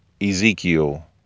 Ezekiel